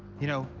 you know,